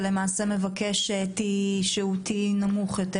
ולמעשה מבקש T נמוך יותר,